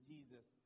Jesus